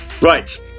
Right